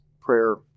prayer